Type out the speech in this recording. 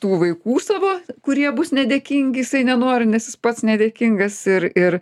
tų vaikų savo kurie bus nedėkingi jisai nenori nes jis pats nedėkingas ir ir